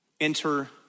Enter